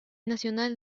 nacional